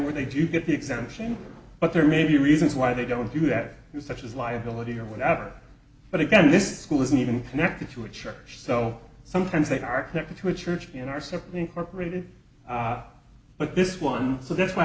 where they do get the exemption but there may be reasons why they don't you have you such as liability or whatever but again this is school isn't even connected to a church so sometimes they are connected to a church in our set incorporated but this one so that's wh